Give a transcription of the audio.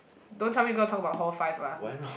don't tell me you got Taobao whole five ah